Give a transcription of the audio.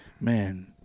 Man